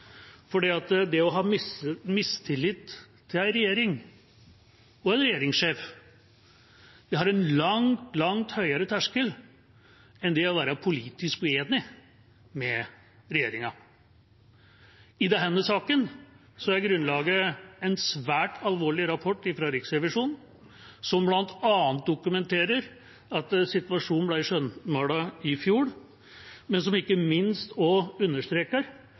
det å ha mistillit til en regjering og en regjeringssjef har en langt, langt høyere terskel enn det å være politisk uenig med regjeringa. I denne saken er grunnlaget en svært alvorlig rapport fra Riksrevisjonen, som bl.a. dokumenterer at situasjonen ble skjønnmalt i fjor, men som ikke minst også understreker